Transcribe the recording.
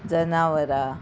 जनावरां